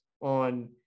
on